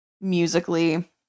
musically